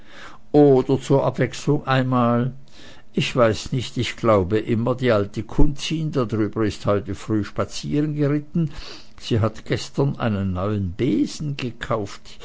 oder zur abwechslung einmal ich weiß nicht ich glaube immer die alte kunzin da drüben ist heute früh spazierengeritten sie hat gestern einen neuen besen gekauft